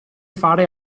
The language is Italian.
fare